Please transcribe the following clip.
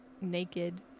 naked